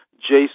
Jason